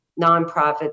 nonprofit